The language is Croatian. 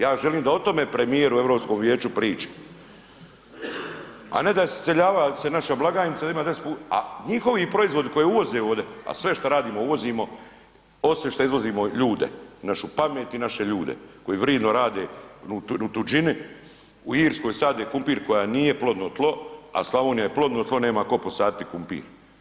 Ja želim da o tome premijer u Europskom vijeću priča, a ne da iseljava se naša blagajnica jer ima 10 puta, a njihovi proizvodi koji uvoze ovde, a sve što radimo uvozimo, osim šta izvozimo ljude, našu pamet i naše ljude koji vridno rade u tuđini, u Irskoj sade krumpir koja nije plodno tlo, a Slavonija je plodno tlo nema tko posaditi krumpir.